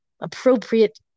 appropriate